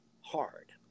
hard